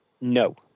No